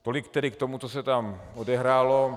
Tolik tedy k tomu, co se tam odehrálo.